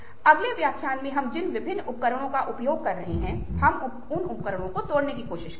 अगले व्याख्यान में हम जिन विभिन्न उपकरणों का उपयोग कर रहे हैं हम इन उपचुनावों को तोड़ने की कोशिश करेंगे